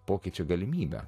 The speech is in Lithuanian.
pokyčių galimybę